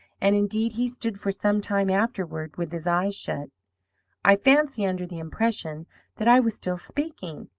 and, indeed, he stood for some time afterward with his eyes shut i fancy under the impression that i was still speaking.